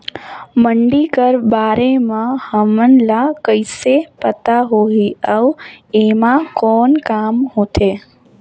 मंडी कर बारे म हमन ला कइसे पता होही अउ एमा कौन काम होथे?